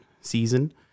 season